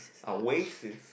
ah racist